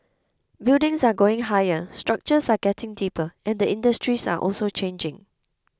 buildings are going higher structures are getting deeper and industries are also changing